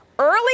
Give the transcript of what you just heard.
Early